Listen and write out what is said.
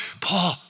Paul